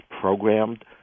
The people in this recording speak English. programmed